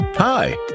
Hi